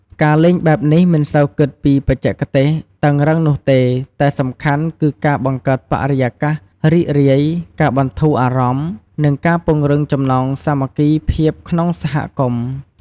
ការលេងបែបនេះមិនសូវគិតពីបច្ចេកទេសតឹងរឹងនោះទេ តែសំខាន់គឺការបង្កើតបរិយាកាសរីករាយ ការបន្ធូរអារម្មណ៍ និងការពង្រឹងចំណងសាមគ្គីភាពក្នុងសហគមន៍។